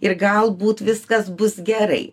ir galbūt viskas bus gerai